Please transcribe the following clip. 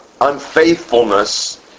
unfaithfulness